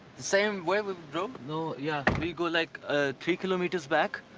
same way we drove? no yeah, we go like ah three kilometers back.